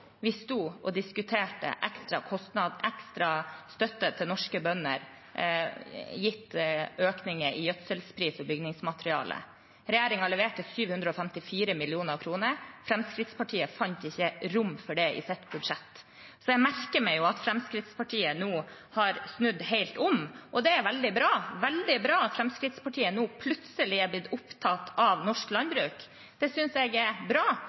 vi sto og diskuterte ekstra støtte til norske bønder, gitt økninger i pris på gjødsel og bygningsmateriale. Regjeringen leverte 754 mill. kr. Fremskrittspartiet fant ikke rom for det i sitt budsjett. Så jeg merker meg at Fremskrittspartiet nå har snudd helt om, og det er veldig bra – det er veldig bra at Fremskrittspartiet nå plutselig er blitt opptatt av norsk landbruk. Det synes jeg er bra,